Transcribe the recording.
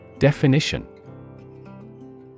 Definition